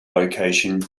location